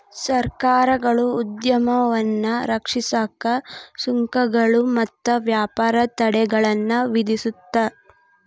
ಸರ್ಕಾರಗಳು ಉದ್ಯಮವನ್ನ ರಕ್ಷಿಸಕ ಸುಂಕಗಳು ಮತ್ತ ವ್ಯಾಪಾರ ತಡೆಗಳನ್ನ ವಿಧಿಸುತ್ತ